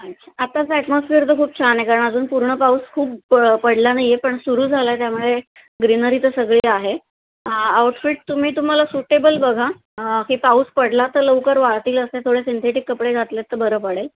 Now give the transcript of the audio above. अच्छा आताचा ॲटमॉस्फियर तर खूप छान आहे कारण अजून पूर्ण पाऊस खूप पडला नाहीये पण सुरू झाला त्यामुळे ग्रीनरी तरं सगळी आहे आउटफिट तुम्ही तुम्हाला सुटेबल बघा की पाऊस पडला तर लवकर वाळतील असे थोडें सिंथेटिक कपडे घातलेत तर बरं पडेल